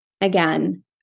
again